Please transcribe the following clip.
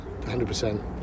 100%